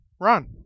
run